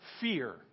fear